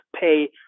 pay